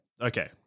Okay